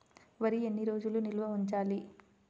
వరి ఎన్ని రోజులు నిల్వ ఉంచాలి?